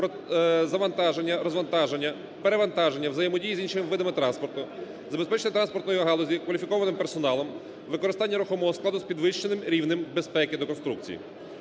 завантаження, розвантаження, перевантаження, взаємодії з іншими видами транспорту, забезпечення транспортної галузі як кваліфікованим персоналом, використання рухомого складу з підвищеним рівнем безпеки до конструкції.